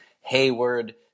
Hayward